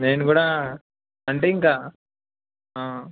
నేను కూడా అంటే ఇంక